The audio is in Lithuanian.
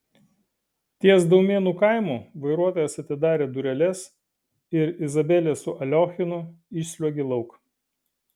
ties daumėnų kaimu vairuotojas atidarė dureles ir izabelė su aliochinu išsliuogė lauk